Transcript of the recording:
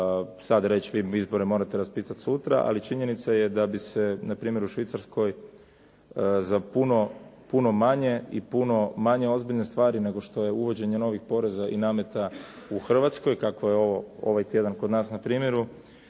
sad reći vi izbore morate raspisati sutra, ali činjenica je da bi se npr. u Švicarskoj za puno manje i puno manje ozbiljne stvari nego što je uvođenje novih poreza i nameta u Hrvatskoj kako je ovaj tjedan kod nas na primjeru